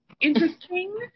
interesting